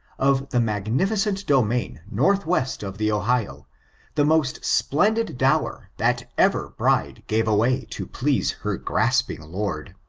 of the magnificent domain north-west of the ohioa the most splendid dower that ever bride gave away to please her grasping lord